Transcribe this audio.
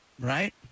Right